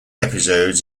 episodes